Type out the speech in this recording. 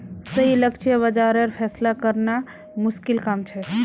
सही लक्ष्य बाज़ारेर फैसला करना मुश्किल काम छे